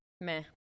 Meh